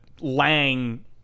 Lang